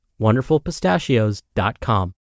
WonderfulPistachios.com